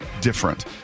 different